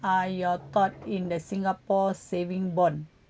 are your thought in the singapore saving bond